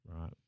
right